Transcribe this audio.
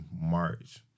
March